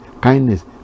kindness